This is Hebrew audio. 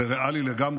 זה ריאלי לגמרי,